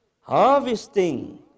Harvesting